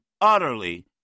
utterly